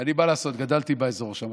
ומה לעשות, גדלתי באזור שם.